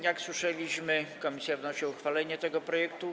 Jak słyszeliśmy, komisja wnosi o uchwalenie tego projektu.